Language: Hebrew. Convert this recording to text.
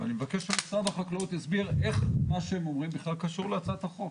ואני מבקש שמשרד החקלאות יסביר איך מה שהם אומרים בכלל קשור להצעת החוק.